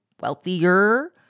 wealthier